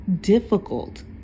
difficult